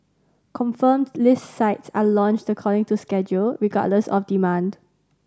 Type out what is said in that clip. confirmed list sites are launched according to schedule regardless of demand